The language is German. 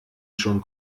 schon